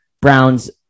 browns